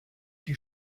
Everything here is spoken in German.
die